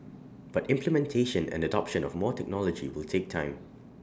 but implementation and adoption of more technology will take time